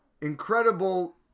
Incredible